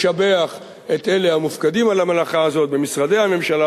לשבח את אלה המופקדים על המלאכה הזאת במשרדי הממשלה,